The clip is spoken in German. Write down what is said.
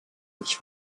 ich